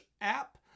app